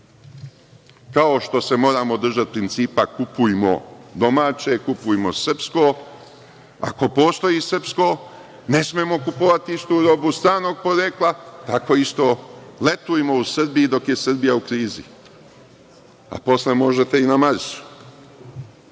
što se moram držati principa - kupujmo domaće, kupujmo srpsko, ako postoji srpsko ne smemo kupovati istu robu stranog porekla, tako isto letujmo u Srbiji dok je Srbija u krizi, a posle možete i na Marsu. Ovde